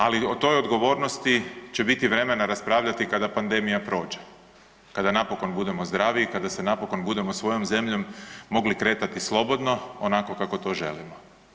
Ali o toj odgovornosti će biti vremena raspravljati kada pandemija prođe, kada napokon budemo zdravi i kada se napokon budemo svojom zemljom mogli kretati slobodno onako kako to želimo.